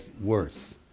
worse